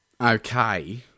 okay